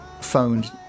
phoned